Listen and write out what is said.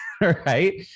Right